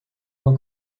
uma